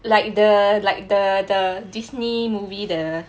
like the like the disney movie the